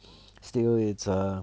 still it's err